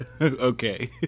Okay